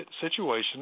situation